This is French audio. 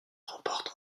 remporte